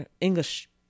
English